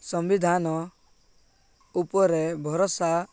ସମ୍ବିଧାନ ଉପରେ ଭରଷା